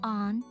on